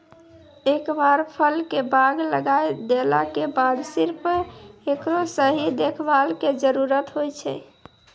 एक बार फल के बाग लगाय देला के बाद सिर्फ हेकरो सही देखभाल के जरूरत होय छै